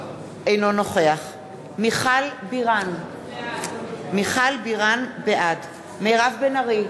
אינו נוכח מיכל בירן, בעד מירב בן ארי,